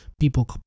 people